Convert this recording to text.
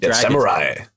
samurai